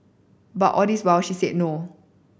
but all this while she said no